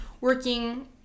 working